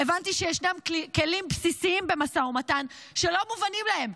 הבנתי שישנם כלים בסיסיים במשא ומתן שלא מובנים להם,